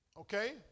Okay